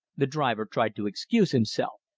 the driver tried to excuse himself.